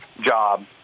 job